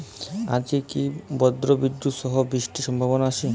আজকে কি ব্রর্জবিদুৎ সহ বৃষ্টির সম্ভাবনা আছে?